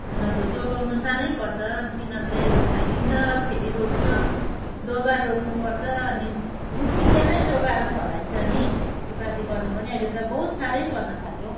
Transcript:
अन्त जोगाउनु साह्रै पर्छ तिनीहरूले खाइदिन्छ फेरि रोप्यो दोबार रोप्नुपर्छ अनि मुस्किलले नै जोगाएर फलाइन्छ नि खेतीपाती गर्नु पनि अहिले त बहुत साह्रै पर्न थाल्यो